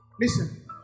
listen